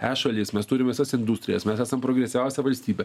e šalis mes turim visas industrijas mes esam progresyviausia valstybė